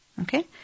Okay